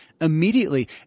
immediately